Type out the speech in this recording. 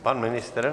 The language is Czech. Pan ministr?